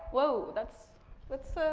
whoa, let's let's ah